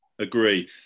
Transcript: agree